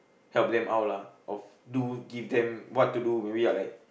help them out lah or do give them what to do maybe I like